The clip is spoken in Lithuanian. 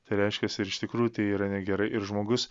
tai reiškiasi ir iš tikrųjų tai yra negerai ir žmogus